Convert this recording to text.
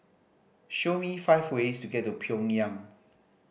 show me five ways to get to Pyongyang